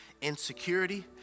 Insecurity